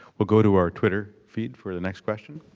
we'll go to our twitter feed for the next question.